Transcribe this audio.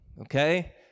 Okay